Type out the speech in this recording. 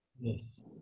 Yes